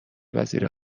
وزیر